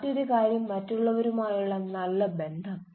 മറ്റൊരു കാര്യം മറ്റുള്ളവരുമായുള്ള നല്ല ബന്ധം